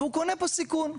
והוא קונה פה סיכון,